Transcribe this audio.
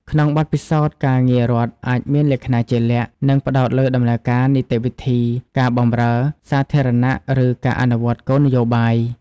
ក្នុងបទពិសោធន៍ការងាររដ្ឋអាចមានលក្ខណៈជាក់លាក់ និងផ្តោតលើដំណើរការ នីតិវិធី ការបម្រើសាធារណៈ ឬការអនុវត្តគោលនយោបាយ។